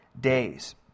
days